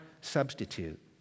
substitute